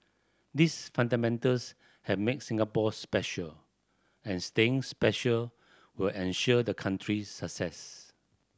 these fundamentals have made Singapore special and staying special will ensure the country's success